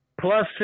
plus